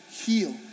heal